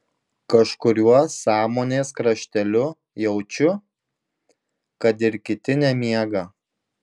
kažkuriuo sąmonės krašteliu jaučiu kad ir kiti nemiega